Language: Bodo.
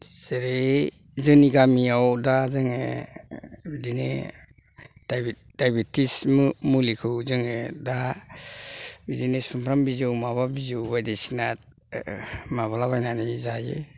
जेरै जोंनि गामियाव दा जोङो बिदिनो दाइबिटिसनि मुलिखौ जोङो दा बिदिनो सुमफ्राम बिजौ माबा बिजौ बायदिसिना माबालाबायनानै जायो